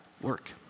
work